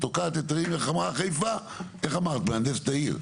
היא תוקעת היתרים איך אמרת אדריכלית העיר?